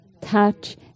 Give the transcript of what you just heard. Touch